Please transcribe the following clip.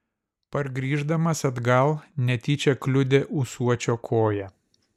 pargrįždamas atgal netyčia kliudė ūsuočio koją